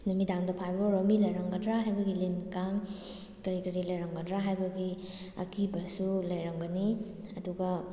ꯅꯨꯃꯤꯗꯥꯡꯗ ꯐꯥꯏꯕ ꯑꯣꯏꯔꯣ ꯃꯤ ꯂꯩꯔꯝꯒꯗ꯭꯭ꯔꯥ ꯍꯥꯏꯕꯒꯤ ꯂꯤꯟ ꯀꯥꯡ ꯀꯔꯤ ꯀꯔꯤ ꯂꯩꯔꯝꯒꯗ꯭꯭ꯔꯥ ꯍꯥꯏꯕꯒꯤ ꯑꯀꯤꯕꯁꯨ ꯂꯩꯔꯝꯒꯅꯤ ꯑꯗꯨꯒ